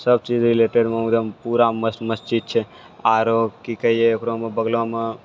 चीज होलै पूरा मस्त मस्त चीज छै आरो की कहियै एकरोमे बगलोमे